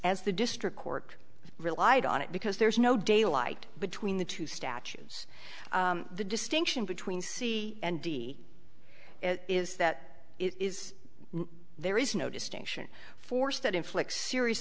as the district court relied on it because there's no daylight between the two statues the distinction between c and d is that it is there is no distinction force that inflict seri